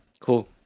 Cool